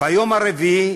ביום הרביעי